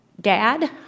dad